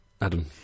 Adam